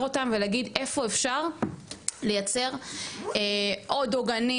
אותם ולהגיד איפה אפשר לייצר עוד עוגנים,